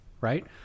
Right